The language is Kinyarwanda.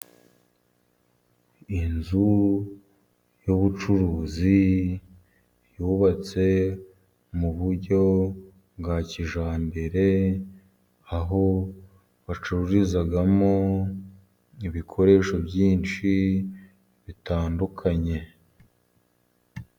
Inzu y'ubucuruzi yubatse mu buryo bwa kijyambere, aho bacururizamo ibikoresho byinshi bitandukanye.